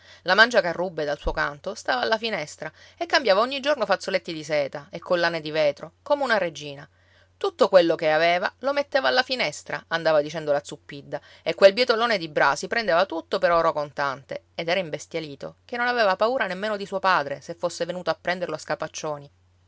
la mangiacarrubbe dal suo canto stava alla finestra e cambiava ogni giorno fazzoletti di seta e collane di vetro come una regina tutto quello che aveva lo metteva alla finestra andava dicendo la zuppidda e quel bietolone di brasi prendeva tutto per oro contante ed era imbestialito che non aveva paura nemmeno di suo padre se fosse venuto a prenderlo a scapaccioni